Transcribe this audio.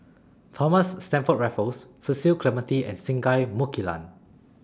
Thomas Stamford Raffles Cecil Clementi and Singai Mukilan